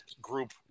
group